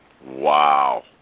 Wow